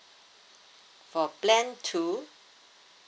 for plan two